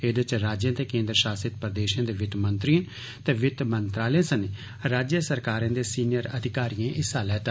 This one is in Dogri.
एह्दे च राज्यें ते केन्द्र षासित प्रदेषें दे वित्त मंत्रिएं ते वित्त मंत्रालय ते राज्य सरकारें दे सीनियर अधिकारिएं हिस्सा लैता